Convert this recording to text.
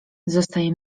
zostaje